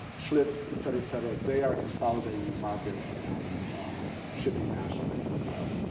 schlitz, et cetera, et cetera, they are consolidating their markets and shipping nationally as well.